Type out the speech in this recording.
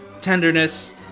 tenderness